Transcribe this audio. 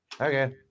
okay